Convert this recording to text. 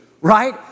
right